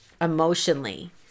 emotionally